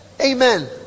amen